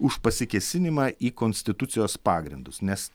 už pasikėsinimą į konstitucijos pagrindus nes